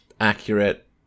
accurate